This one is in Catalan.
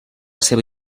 seva